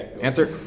Answer